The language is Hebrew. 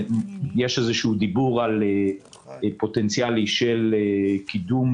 יש איזשהו דיבור פוטנציאלי על קידום